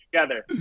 together